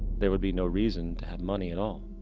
there would be no reason to have money at all.